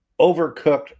overcooked